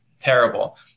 terrible